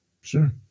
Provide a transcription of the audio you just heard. Sure